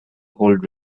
hold